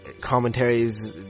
commentaries